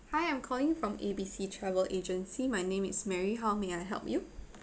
hi I'm calling from A_B_C travel agency my name is mary how may I help you